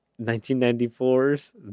1994's